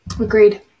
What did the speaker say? Agreed